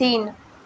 तीन